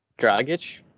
Dragic